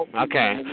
Okay